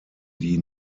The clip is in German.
die